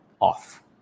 off